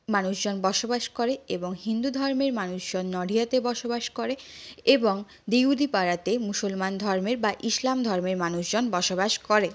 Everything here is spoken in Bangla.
মানুষজন বসবাস করে এবং হিন্দু ধর্মের মানুষজন নডিহাতে বসবাস করে এবং দিহুদি পাড়াতে মুসলসমান ধর্মের বা ইসলাম ধর্মের মানুষজন বসবাস করে